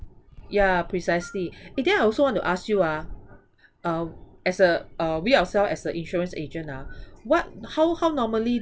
ya precisely eh then I also want to ask you ah uh as a uh we ourselves as a insurance agent ah what how how normally